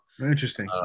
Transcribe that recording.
Interesting